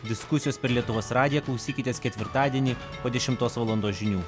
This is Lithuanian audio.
diskusijos per lietuvos radiją klausykitės ketvirtadienį po dešimtos valandos žinių